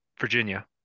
Virginia